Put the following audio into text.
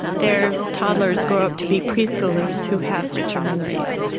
their toddlers grow up to be pre-schoolers who have richer memories.